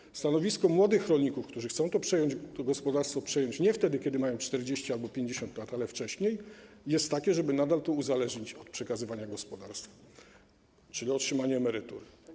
Drugie stanowisko młodych rolników, którzy chcą to gospodarstwo przejąć nie wtedy, kiedy mają 40 albo 50 lat, ale wcześniej, jest takie, żeby nadal to uzależnić od przekazywania gospodarstw, czyli otrzymania emerytury.